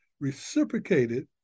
reciprocated